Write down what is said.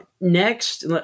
Next